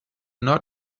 not